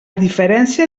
diferència